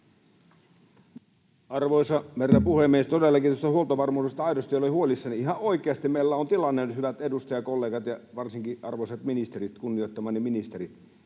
Arvoisa puhemies! Todellakin tästä huoltovarmuudesta aidosti olen huolissani. Ihan oikeasti meillä on tilanne, hyvät edustajakollegat ja varsinkin arvoisat ministerit, kunnioittamani ministerit,